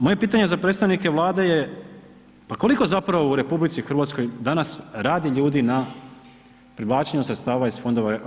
Moje pitanje za predstavnike Vlade je pa koliko zapravo u RH danas radi ljudi na privlačenju sredstava iz fondova EU.